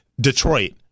Detroit